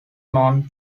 known